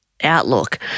Outlook